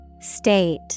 State